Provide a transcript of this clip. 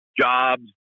jobs